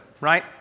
right